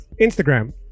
Instagram